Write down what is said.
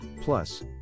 Plus